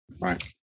Right